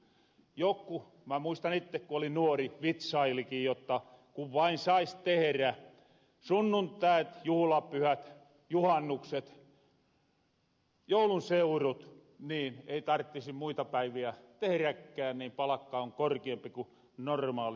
jotku mä muistan itte kun olin nuori vitsailiki jotta kun vain sais tehrä sunnuntait juhlapyhät juhannukset joulunseurut niin ei tarttisi muita päiviä tehräkään palakka on korkeempi kuin normaalisti työssä käyvän